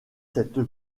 cette